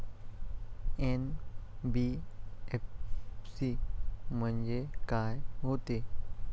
NBFC म्हणजे का होते?